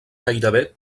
gairebé